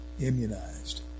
immunized